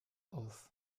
auf